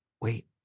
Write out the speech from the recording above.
wait